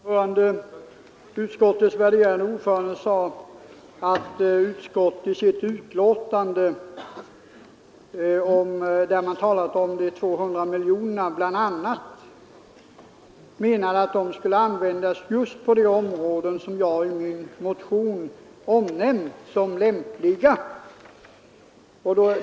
Fru talman! Utskottets värderade ordförande sade att utskottet i sitt betänkande, där man talade om de 200 miljonerna, bl.a. menade att de skulle användas just på de områden som jag i min motion omnämnt som lämpliga.